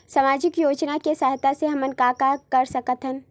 सामजिक योजना के सहायता से हमन का का कर सकत हन?